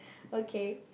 okay